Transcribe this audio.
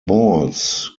balls